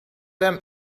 them